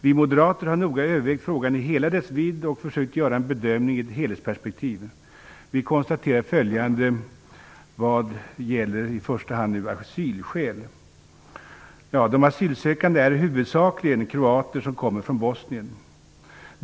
Vi moderater har noga övervägt frågan i hela dess vidd och försökt göra en bedömning i ett helhetsperspektiv. Vi konstaterar följande vad gäller i första hand asylskäl: De asylsökande är huvudsakligen kroater som kommer från Bosnien.